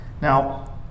Now